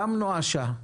גם נואשה,